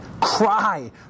Cry